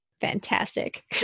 Fantastic